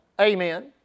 Amen